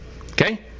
Okay